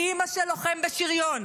היא אימא של לוחם בשריון,